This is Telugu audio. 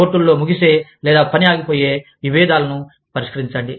కోర్టులలో ముగిసే లేదా పని ఆగి పోయే విభేదాలను పరిష్కరించండి